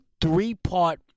three-part